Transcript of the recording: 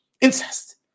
incest